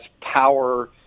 power